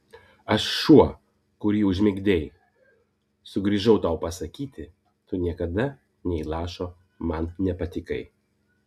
aš šuo kurį užmigdei sugrįžau tau pasakyti tu niekada nė lašo man nepatikai